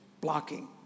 blocking